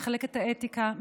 מחלקת האתיקה,